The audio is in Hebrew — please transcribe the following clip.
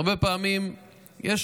הרבה פעמים יש